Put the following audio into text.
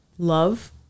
Love